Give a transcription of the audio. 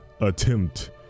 attempt